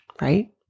right